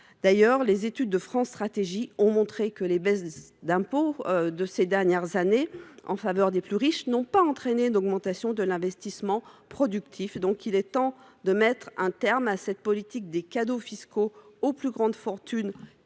il ressort des études de France Stratégie que les baisses d’impôts de ces dernières années en faveur des plus riches n’ont pas entraîné une augmentation de l’investissement productif. Il est donc temps de mettre un terme à cette politique des cadeaux fiscaux aux plus grandes fortunes,